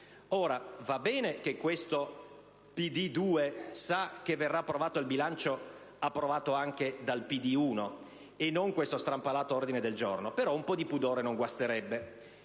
Ora, va bene che questo "PD due" sa che verrà approvato il bilancio approvato anche dal "PD uno" e non questo strampalato ordine del giorno; però un po' di pudore non guasterebbe.